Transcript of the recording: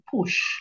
push